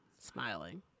Smiling